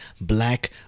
black